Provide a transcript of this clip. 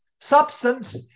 substance